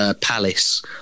Palace